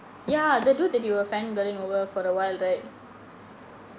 ya they do that they will fan getting over for awhile right